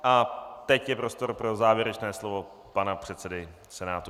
A teď je prostor pro závěrečné slovo pana předsedy Senátu.